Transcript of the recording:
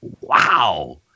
Wow